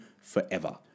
forever